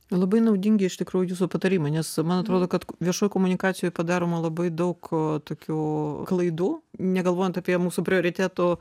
labai naudingi iš tikrųjų jūsų patarimai nes man atrodo kad viešoj komunikacijoj padaroma labai daug tokių klaidų negalvojant apie mūsų prioritetų